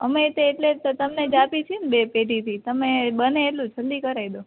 અમે તે એટલે જ તો તમને જ આપી તી બે પેઢીથી તમે બને એટલું જલ્દી કરાઈ દો